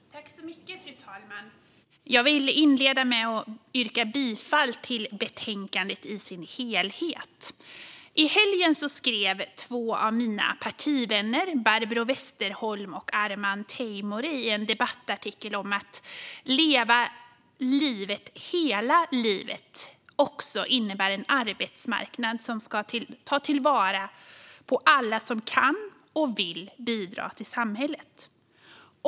Fru talman! Jag vill inleda med att yrka bifall till utskottets förslag i betänkandet i dess helhet. I helgen skrev två av mina partivänner, Barbro Westerholm och Arman Teimouri, en debattartikel om att detta att leva livet hela livet också innebär en arbetsmarknad som ska ta vara på alla som kan och vill bidra till samhället.